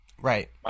right